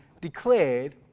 declared